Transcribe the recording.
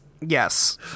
Yes